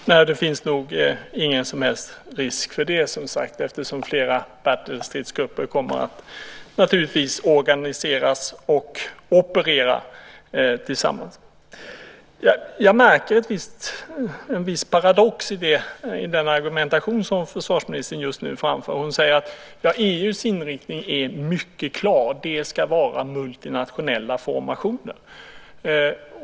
Herr talman! Nej, det finns nog ingen som helst risk för det, som sagt, eftersom flera stridsgrupper kommer att organiseras och operera tillsammans. Jag märker en viss paradox i den argumentation som försvarsministern just nu framför. Hon säger att EU:s inriktning är mycket klar: Det ska vara multinationella formationer.